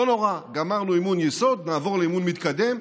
לא נורא, גמרנו אימון יסוד, נעבור לאימון מתקדם.